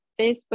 Facebook